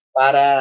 para